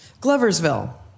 Gloversville